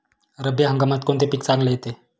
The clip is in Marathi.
रब्बी हंगामात कोणते पीक चांगले येते?